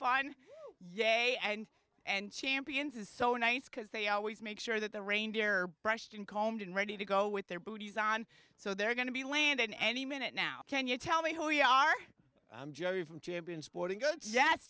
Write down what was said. yea and and champions is so nice because they always make sure that the reindeer brushed and combed and ready to go with their booties on so they're going to be landing any minute now can you tell me who you are joey from champion sporting goods jets